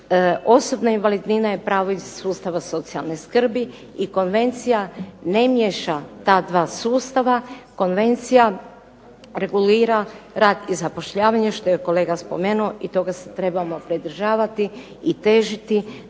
osobna invalidnina je pravo iz sustava socijalne skrbi i konvencija ne miješa ta dva sustava. Konvencija regulira rad i zapošljavanje što je kolega spomenuo i toga se trebamo pridržavati i težiti